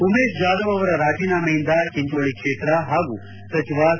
ಉಮೇಶ್ ಜಾದವ್ ಅವರ ರಾಜೀನಾಮೆಯಿಂದ ಚೆಂಚೋಳಿ ಕ್ಷೇತ್ರ ಪಾಗೂ ಸಚಿವ ಸಿ